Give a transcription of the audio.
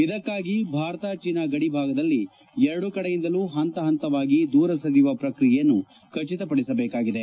ಇದಕ್ಕಾಗಿ ಭಾರತ ಚೀನಾ ಗಡಿಭಾಗದಲ್ಲಿ ಎರಡೂ ಕಡೆಯಿಂದಲೂ ಹಂತ ಹಂತವಾಗಿ ದೂರ ಸರಿಯುವ ಪ್ರಕ್ರಿಯೆಯನ್ನು ಖಟಿತ ಪಡಿಸಬೇಕಾಗಿದೆ